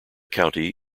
county